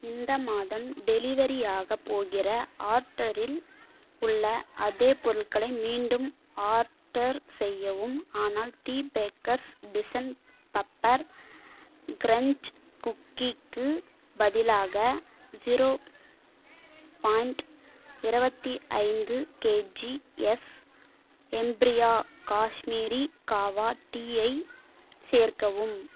இந்த மாதம் டெலிவரியாகப் போகிற ஆர்டரில் உள்ள அதே பொருட்களை மீண்டும் ஆர்டர் செய்யவும் ஆனால் the bakers dozen puffer crunch குக்கீக்கு பதிலாக ஸீரோ பாயிண்ட் இருபத்தி ஐந்து கேஜிஎஸ் எம்ப்ரியா காஷ்மீரி காவா டீயை சேர்க்கவும்